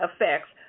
effects